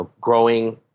growing